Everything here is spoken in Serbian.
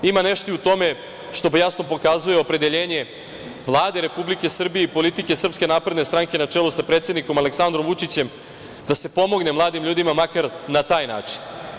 Ima nešto u tome što jasno pokazuje opredeljenje Vlade Republike Srbije i politike SNS na čelu sa predsednikom Aleksandrom Vučićem, da se pomogne mladim ljudima makar na taj način.